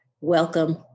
Welcome